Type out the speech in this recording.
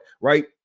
Right